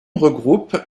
regroupe